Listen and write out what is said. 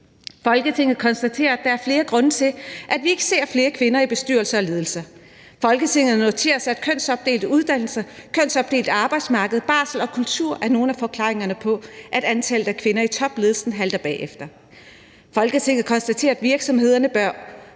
Folketinget konstaterer, at der er flere grunde til, at vi ikke ser flere kvinder i bestyrelser og ledelser. Folketinget noterer sig, at kønsopdelte uddannelser, et kønsopdelt arbejdsmarked, barsel og kultur er nogle af forklaringerne på, at antallet af kvinder i topledelsen halter bagefter. Folketinget konstaterer, at virksomhederne